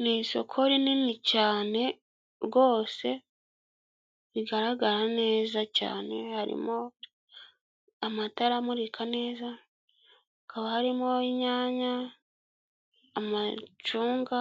Nu isoko nini cyane rwose rigaragara neza cyane; harimo amatara amurika neza; hakaba harimo inyanya, amacunga